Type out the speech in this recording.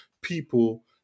people